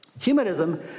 Humanism